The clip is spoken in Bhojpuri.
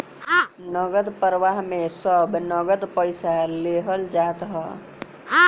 नगद प्रवाह में सब नगद पईसा लेहल जात हअ